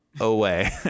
Away